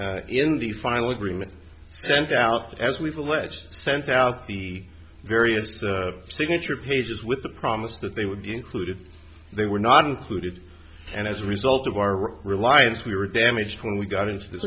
changes in the final agreement sent out as we've alleged sent out the various signature pages with the promise that they would be included they were not included and as a result of our reliance we were damaged when we got into the